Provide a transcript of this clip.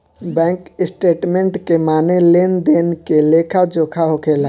bank statement के माने लेन देन के लेखा जोखा होखेला